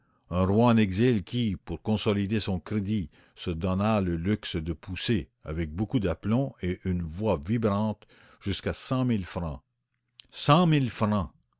un roi en exil qui pour consolider sou crédit se donna le luxe de pousser avec beaucoup d'aplomb et une voix vibrante jusqu'à cent mille francs cent mille francs